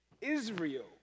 Israel